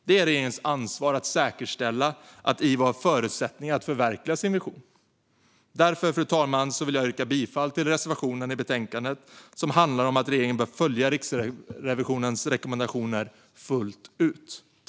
Det är regeringens ansvar att säkerställa att IVO har förutsättningar att förverkliga sin vision. Därför, fru talman, yrkar jag bifall till reservationen, som handlar om att regeringen bör följa Riksrevisionens rekommendationer fullt ut.